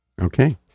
Okay